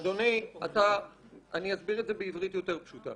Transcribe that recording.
אני אסביר את זה בעברית יותר פשוטה.